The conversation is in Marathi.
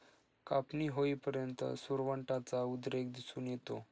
कापणी होईपर्यंत सुरवंटाचा उद्रेक दिसून येतो